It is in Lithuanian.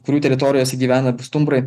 kurių teritorijose gyvena stumbrai